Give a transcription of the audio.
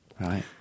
Right